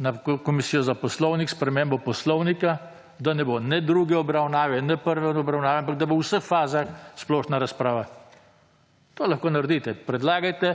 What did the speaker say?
na Komisijo za Poslovnik spremembo Poslovnika, da ne bo ne druge, prve obravnave, ampak da bo v vseh fazah splošna razprava. To lahko naredite. Predlagajte,